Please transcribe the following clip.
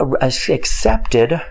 accepted